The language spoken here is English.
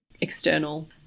external